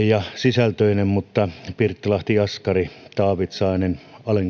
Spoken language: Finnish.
ja sisältöinen mutta pirttilahti jaskari taavitsainen